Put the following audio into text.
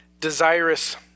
desirous